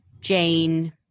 Jane